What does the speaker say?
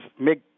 make